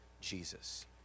Jesus